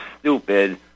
stupid